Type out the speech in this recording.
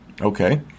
okay